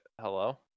hello